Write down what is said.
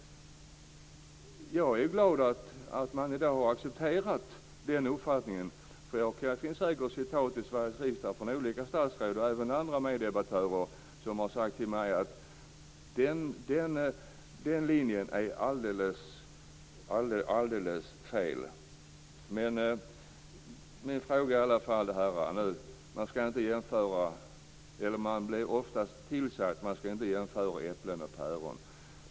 Jag är glad att man i dag har accepterat den uppfattningen. Det finns säkert citat i Sveriges riksdag från olika statsråd och även andra meddebattörer som visar att de har sagt till mig att den linjen är alldeles fel. Man blir ofta tillsagd att man inte skall jämföra äpplen och päron.